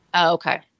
Okay